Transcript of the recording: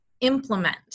implement